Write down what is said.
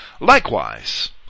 Likewise